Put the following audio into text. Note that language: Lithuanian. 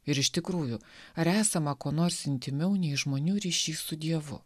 ir iš tikrųjų ar esama ko nors intymiau nei žmonių ryšys su dievu